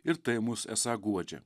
ir tai mus esą guodžia